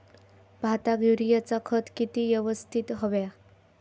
भाताक युरियाचा खत किती यवस्तित हव्या?